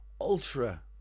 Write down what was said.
ultra